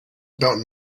about